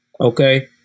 Okay